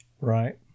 Right